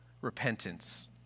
repentance